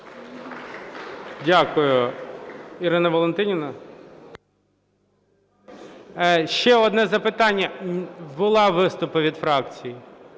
Дякую, Ірина Валентинівна. Ще одне запитання. Були виступи від фракцій.